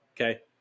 Okay